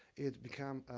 it become